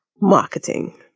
marketing